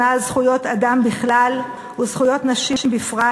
על זכויות אדם בכלל וזכויות נשים בפרט,